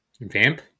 Vamp